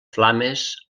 flames